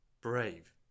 Brave